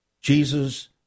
Jesus